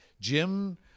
Jim